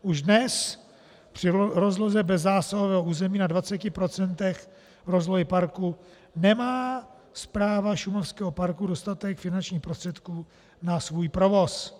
Už dnes při rozloze bezzásahového území na 20 % rozlohy parku nemá správa šumavského parku dostatek finančních prostředků na svůj provoz.